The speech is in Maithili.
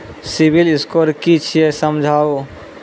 सिविल स्कोर कि छियै समझाऊ?